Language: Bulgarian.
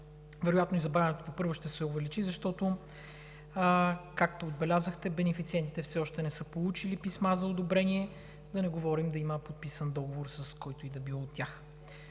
Вероятно и забавянето тепърва ще се увеличи, защото, както отбелязахте, бенефициентите все още не са получили писма за одобрение, а да не говорим да има подписан договор, с който и да било от тях.